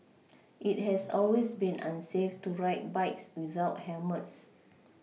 it has always been unsafe to ride bikes without helmets